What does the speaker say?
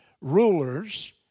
rulers